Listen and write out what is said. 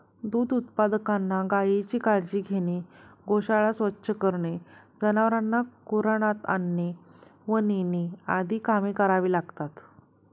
दूध उत्पादकांना गायीची काळजी घेणे, गोशाळा स्वच्छ करणे, जनावरांना कुरणात आणणे व नेणे आदी कामे करावी लागतात